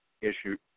issue